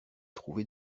trouver